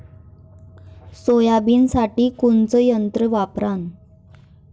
सोयाबीनसाठी कोनचं यंत्र वापरा?